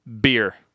Beer